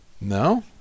No